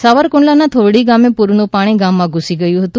સાવરકુંડલાના થોરડી ગામે પૂરનું પાણી ગામમાં ધૂસી ગયું હતું